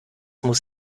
muss